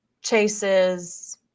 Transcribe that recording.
Chases